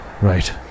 Right